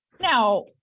Now